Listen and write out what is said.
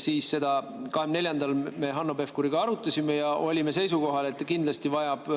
siis seda 24-ndal me Hanno Pevkuriga arutasime ja olime seisukohal, et kindlasti vajab